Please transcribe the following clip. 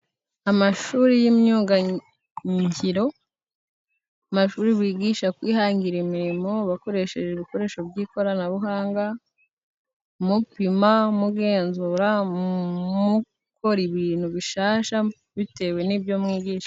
Amashuri y'imyugangiro, amashuri bigisha kwihangira imirimo bakoresheje ibikoresho by'ikoranabuhanga, mu pima, mugenzura, mukora ibintu bishyashya bitewe n'ibyo mwigisha.